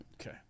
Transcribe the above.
Okay